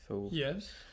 Yes